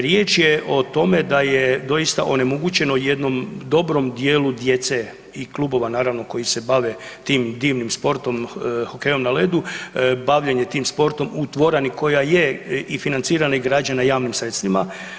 Riječ je o tome da je doista onemogućeno jednom dobrom djelu djece i klubova naravno koji se bave tim divnim sportom hokejom na ledu bavljenje tim sportom u dvorani koja je i financirana i građena javnim sredstvima.